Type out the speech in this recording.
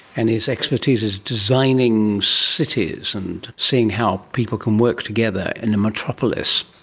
and his expertise is designing cities and seeing how people can work together in a metropolis.